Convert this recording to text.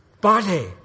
body